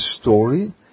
story